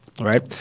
right